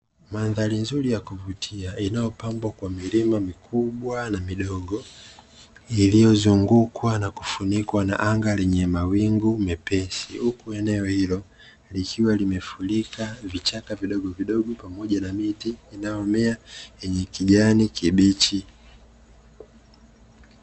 Mandhari nzuri ya kuvutia inayopambwa kwa milima mikubwa na midogo, iliyozungukwa na kufunikwa na anga lenye mawingu mepesi, huku eneo hilo likiwa limefurika vichaka vidogovidogo, pamoja na miti inayomea yenye kijani kibichi.